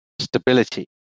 stability